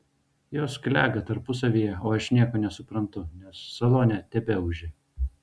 jos klega tarpusavyje o aš nieko nesuprantu nes salone tebeūžia